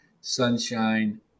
sunshine